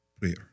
prayer